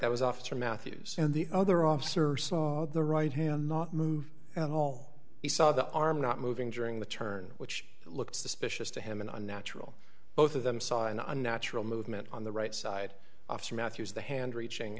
that was officer matthews and the other officer saw the right hand not move at all he saw the arm not moving during the turn which looked suspicious to him an unnatural both of them saw an unnatural movement on the right side officer mathews the hand reaching